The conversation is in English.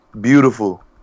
Beautiful